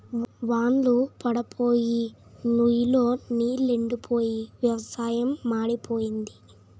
వాన్ళ్లు పడప్పోయి నుయ్ లో నీలెండిపోయి వ్యవసాయం మాడిపోయింది